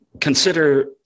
Consider